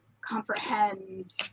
comprehend